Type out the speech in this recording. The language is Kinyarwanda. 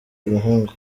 umuhungu